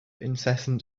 incessant